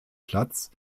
platz